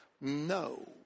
no